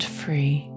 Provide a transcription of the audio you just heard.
free